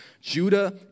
Judah